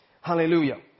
Hallelujah